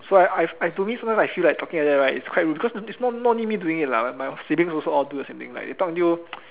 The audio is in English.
so I I've to me sometimes I feel like talking like that right is quite rude cause is not not only me doing it lah my siblings all also do the same things like they talk until